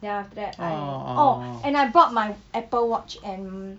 then after that I oh and I brought my Apple watch and